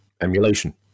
emulation